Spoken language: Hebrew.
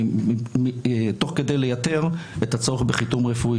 תוך כדי ייתור הצורך בחיתום רפואי,